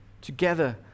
together